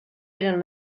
eren